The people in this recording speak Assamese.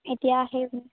এতিয়া সেই